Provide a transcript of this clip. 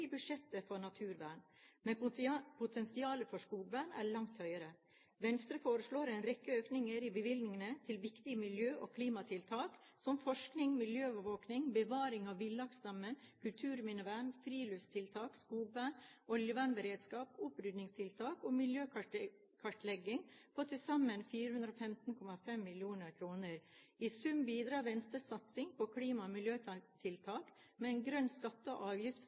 i budsjettet for naturvern. Men potensialet for skogvern er langt høyere. Venstre foreslår en rekke økninger i bevilgningene til viktige miljø- og klimatiltak som forskning, miljøovervåkning, bevaring av villaksstammen, kulturminnevern, friluftstiltak, skogvern, oljevernberedskap, opprydningstiltak og miljøkartlegging på til sammen 416,5 mill. kr. I sum bidrar Venstres satsing på klima- og miljøtiltak med en grønn skatte- og